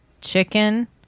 chicken